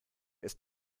ist